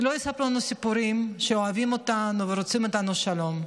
שלא יספרו לנו סיפורים שאוהבים אותנו ורוצים איתנו שלום.